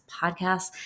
podcast